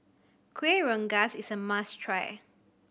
Kueh Rengas is a must try